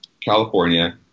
California